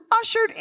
ushered